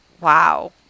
Wow